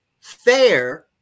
fair